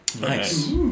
Nice